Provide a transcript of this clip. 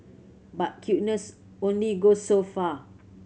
but cuteness only goes so far